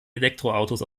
elektroautos